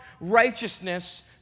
righteousness